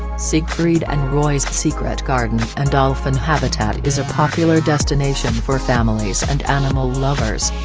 siegfried and roy's secret garden and dolphin habitat is a popular destination for families and animal lovers.